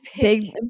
big